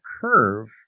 curve